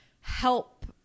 help